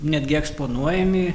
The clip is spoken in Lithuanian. netgi eksponuojami